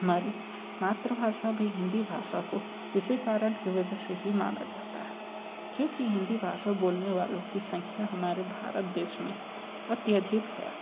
हमारी मातृभाषा भी हिंदी भाषा को इसी कारण की वजह से ही माना जाता है क्योंकि हिंदी भाषा बोलने वालों की संख्या हमारे भारत देश में अत्यधिक है